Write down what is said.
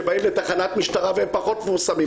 שבאים לתחנת משטרה והם פחות מפורסמים,